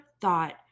thought